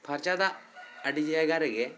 ᱯᱷᱟᱨᱪᱟ ᱫᱟᱜ ᱟᱹᱰᱤ ᱡᱟᱭᱜᱟ ᱨᱮᱜᱮ